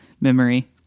memory